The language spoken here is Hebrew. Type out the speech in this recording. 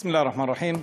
בסם אללה א-רחמאן א-רחים.